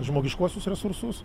žmogiškuosius resursus